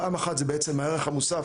פעם אחת, זה בעצם הערך המוסף